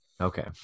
Okay